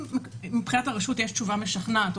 אם יש תשובה משכנעת מצד הרשות,